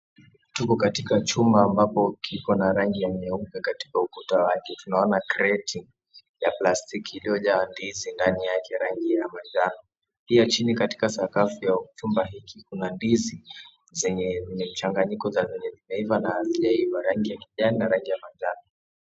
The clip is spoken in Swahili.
Tuko katika chumba ambapo kiko na rangi ya nyeupe katika ukuta wake. Tunaona kreti ya plastiki iliyojaa ndizi ndani yake rangi ya majano. Pia chini katika sakafu ya chumba hiki kuna ndizi zenye mchanganyiko za zenye zimeiva na hazijaiva. Rangi ya kijani na rangi ya majano.